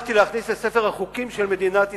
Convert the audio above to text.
הצלחתי להכניס לספר החוקים של מדינת ישראל,